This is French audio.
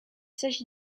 s’agit